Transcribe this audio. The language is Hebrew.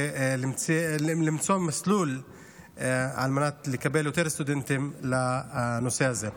ולמצוא מסלול על מנת לקבל יותר סטודנטים לנושא הזה.